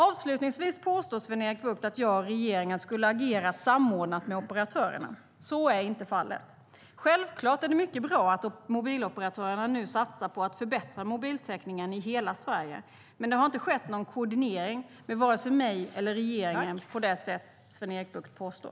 Avslutningsvis påstår Sven-Erik Bucht att jag och regeringen skulle agera samordnat med operatörerna. Så är inte fallet. Självklart är det mycket bra att mobiloperatörerna nu satsar på att förbättra mobiltäckningen i hela Sverige, men det har inte skett någon koordinering med vare sig mig eller regeringen på det sätt Sven-Erik Bucht påstår.